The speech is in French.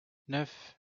neuf